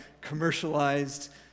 commercialized